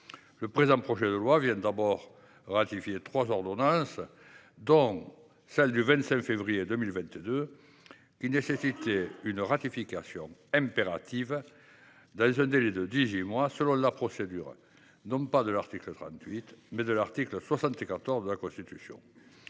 Le présent projet de loi vient tout d’abord ratifier trois ordonnances, dont celle du 25 février 2022, qui nécessite une ratification impérative dans un délai de dix huit mois, selon la procédure non pas de l’article 38, mais de l’article 74 de la Constitution.